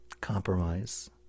compromise